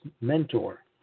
mentor